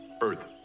earth